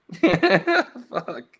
Fuck